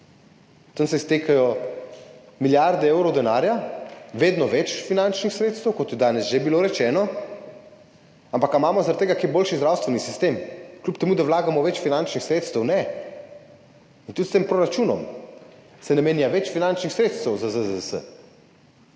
Tam se iztekajo milijarde evrov denarja, vedno več finančnih sredstev, kot je danes že bilo rečeno, ampak ali imamo zaradi tega kaj boljši zdravstveni sistem, kljub temu, da vlagamo več finančnih sredstev? Ne. In tudi s tem proračunom se namenja več finančnih sredstev za ZZZS.